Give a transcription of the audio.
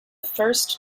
first